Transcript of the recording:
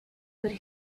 could